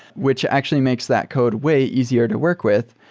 which actually makes that code way easier to work with.